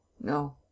no